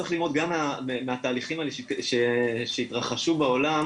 צריך לראות גם מהתהליכים האלה שהתרחשו בעולם.